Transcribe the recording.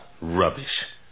Rubbish